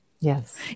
Yes